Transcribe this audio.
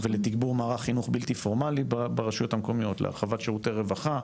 לתגבור מערך בלתי פורמלי ברשויות המקומיות ולהרחבת שירותי רווחה,